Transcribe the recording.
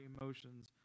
emotions